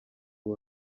ubu